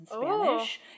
Spanish